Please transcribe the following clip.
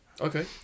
Okay